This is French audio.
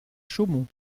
chaumont